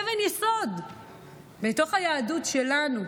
אבן יסוד בתוך היהדות שלנו.